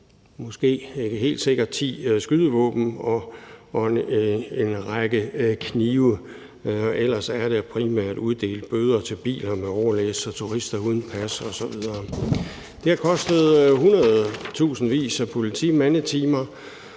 jeg er ikke helt sikker – skydevåben og en række knive. Ellers er der primært uddelt bøder til biler med overlæs og turister uden pas osv. Det har kostet hundredtusindvis af politimandetimer